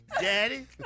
Daddy